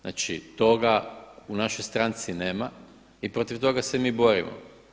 Znači toga u našoj stranci nema i protiv toga se mi borimo.